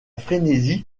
frénésie